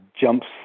jumps